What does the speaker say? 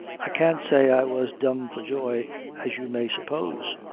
i can't say i was dumb for joy as you may suppose.